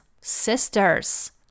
sisters